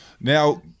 Now